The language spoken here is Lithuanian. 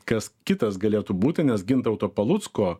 kas kitas galėtų būti nes gintauto palucko